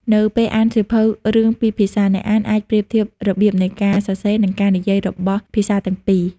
នៅពេលអានសៀវភៅរឿងពីរភាសា អ្នកអានអាចប្រៀបធៀបរបៀបនៃការសរសេរ និងការនិយាយរបស់ភាសាទាំងពីរ។